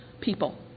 people